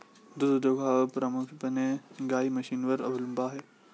दूध उद्योग हा प्रामुख्याने गाई म्हशींवर अवलंबून आहे